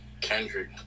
Kendrick